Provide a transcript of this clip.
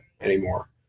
anymore